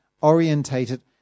orientated